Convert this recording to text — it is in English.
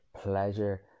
pleasure